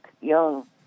young